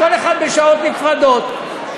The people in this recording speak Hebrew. כל אחד בשעות נפרדות.